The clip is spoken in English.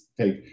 take